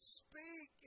speak